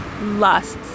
lusts